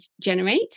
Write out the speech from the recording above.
generate